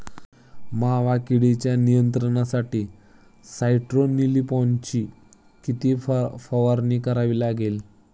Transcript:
मावा किडीच्या नियंत्रणासाठी स्यान्ट्रेनिलीप्रोलची किती फवारणी करावी लागेल?